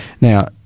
Now